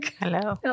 Hello